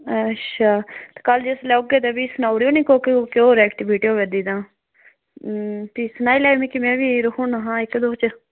अच्छा कल जिसलै औगे ते फ्ही सनाउड़ेओ नीं कोह्की कोह्की होर एक्टिविटी होआ दी तां फ्ही सनाई लैओ मिगी बी में बी रखोना हा इक दो च